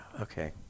Okay